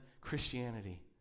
Christianity